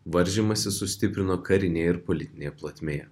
varžymąsi sustiprino karinėje ir politinėje plotmėje